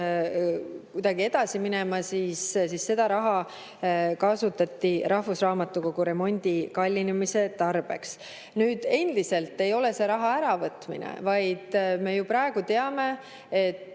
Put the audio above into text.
kuidagi edasi minema, siis seda raha kasutati rahvusraamatukogu remondi kallinemise [katmiseks]. Endiselt ei ole see raha äravõtmine, vaid me ju praegu teame, et